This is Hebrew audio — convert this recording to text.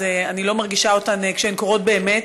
אז אני לא מרגישה אותן כשהן קורות באמת.